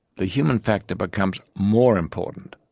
the human factor becomes more important.